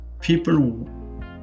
People